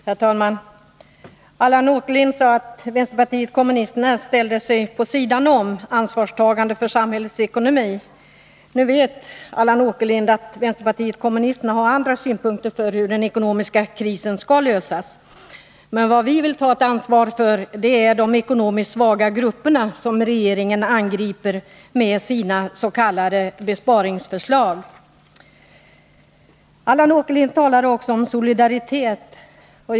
Herr talman! Allan Åkerlind sade att vänsterpartiet kommunisterna ställer sig vid sidan om när det gäller ansvarstagandet för samhällets ekonomi. Nu vet Allan Åkerlind att vänsterpartiet kommunisterna har andra synpunkter på hur den ekonomiska krisen skall lösas. Vad vi vill ta ett ansvar för är de ekonomiskt svaga grupperna som regeringen angriper med sina ss.k. besparingsförslag. Allan Åkerlind talade också om solidaritet.